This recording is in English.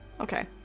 Okay